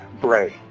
Bray